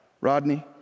Rodney